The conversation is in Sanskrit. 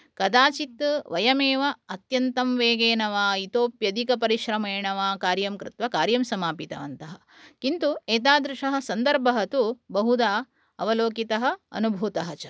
कदाचित् वयमेव अत्यन्तं वेगेन वा इतोप्यधिकपरिश्रमेण वा कार्यं कृत्वा कार्यं समापितवन्तः किन्तु एतादृशः सन्दर्भः तु बहुधा अवलोकितः अनुभूतः च